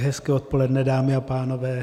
Hezké odpoledne, dámy a pánové.